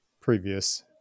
previous